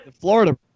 Florida